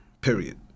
period